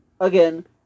again